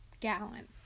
gallon